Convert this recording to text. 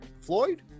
Floyd